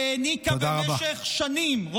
שהעניקה במשך שנים,